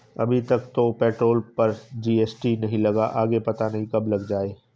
अभी तक तो पेट्रोल पर जी.एस.टी नहीं लगा, आगे पता नहीं कब लग जाएं